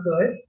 good